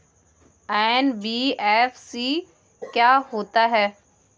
NBFC क्या होता है?